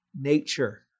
nature